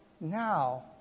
now